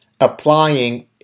applying